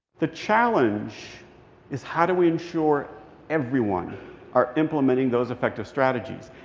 the challenge is, how do we ensure everyone are implementing those effective strategies?